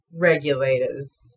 regulators